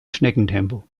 schneckentempo